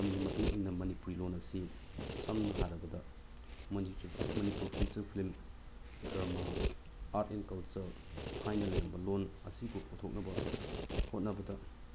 ꯃꯇꯝꯒꯤ ꯃꯇꯨꯡ ꯏꯟꯅ ꯃꯅꯤꯄꯨꯔꯤ ꯂꯣꯟ ꯑꯁꯤ ꯁꯝꯅ ꯍꯥꯏꯔꯕꯗ Manipur feature film drama art and culture ꯊꯥꯏꯅ ꯂꯩꯔꯝꯕ ꯂꯣꯟ ꯑꯁꯤꯕꯨ ꯄꯨꯊꯣꯛꯅꯕ ꯍꯣꯠꯅꯕꯗ